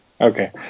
Okay